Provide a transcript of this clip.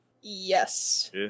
Yes